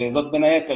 בין היתר,